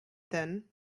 then